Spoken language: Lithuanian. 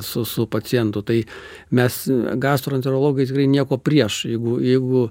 su su pacientu tai mes gastroenterologai tikrai nieko prieš jeigu jeigu